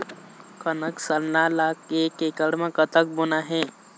कनक सरना ला एक एकड़ म कतक बोना हे?